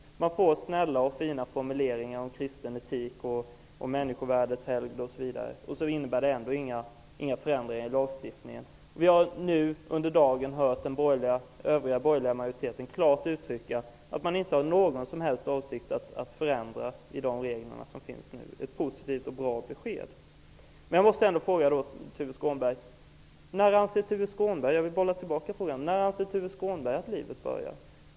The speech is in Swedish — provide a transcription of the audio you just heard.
Man får snälla och fina formuleringar om kristen etik, om människovärdets helgd, osv., men det innebär ändå inga förändringar i lagstiftningen. Vi har under dagen hört övriga partier i den borgerliga majoriteten klart uttrycka att man inte har någon som helst avsikt att förändra de regler som finns nu, vilket är ett positivt och bra besked. Tuve Skånberg att livet börjar? Jag bollar tillbaka den frågan till honom.